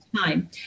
time